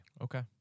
Okay